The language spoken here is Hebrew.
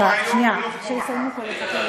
אתמול לא כמו היום ולא כמו מחר.